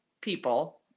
people